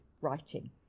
writing